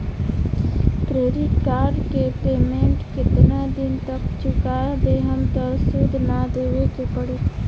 Credit card के payment केतना दिन तक चुका देहम त सूद ना देवे के पड़ी?